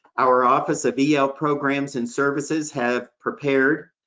our office of yeah el programs and services have prepared,